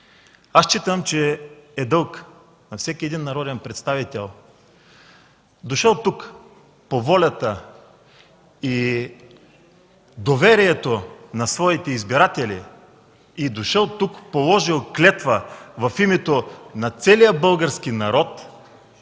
Считам, че е дълг на всеки един народен представител, дошъл тук по волята и доверието на своите избиратели и положил клетва в името на целия български народ,